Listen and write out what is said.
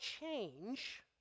change